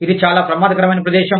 ఇది చాలా ప్రమాదకరమైన ప్రదేశం